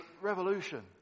revolution